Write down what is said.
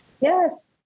Yes